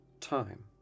time